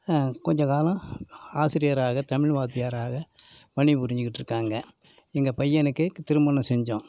கொஞ்சம் காலம் ஆசிரியராக தமிழ் வாத்தியாராக பணி புரிஞ்சுக்கிட்டு இருக்காங்க எங்கள் பையனுக்கு திருமணம் செஞ்சோம்